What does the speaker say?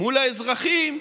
מול האזרחים,